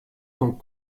sont